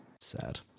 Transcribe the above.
Sad